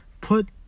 put